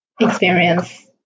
experience